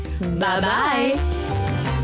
Bye-bye